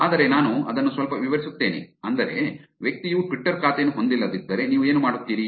ಆದರೆ ನಾನು ಅದನ್ನು ಸ್ವಲ್ಪ ವಿಸ್ತರಿಸುತ್ತೇನೆ ಅಂದರೆ ವ್ಯಕ್ತಿಯು ಟ್ವಿಟ್ಟರ್ ಖಾತೆಯನ್ನು ಹೊಂದಿಲ್ಲದಿದ್ದರೆ ನೀವು ಏನು ಮಾಡುತ್ತೀರಿ